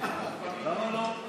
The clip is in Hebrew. למה לא?